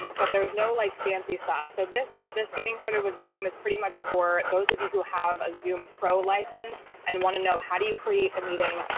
but there's no like fancy stuff. so this this getting started with zoom is pretty much for those of you who have a zoom pro license and want to know how do you create a meeting?